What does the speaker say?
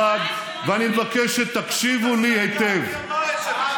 הכנסת הראשונה ופרס בפניה את קווי היסוד של ממשלת ישראל שעתה קמה,